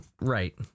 right